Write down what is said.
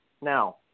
Now